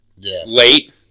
late